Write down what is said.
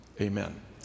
amen